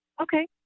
Okay